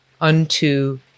unto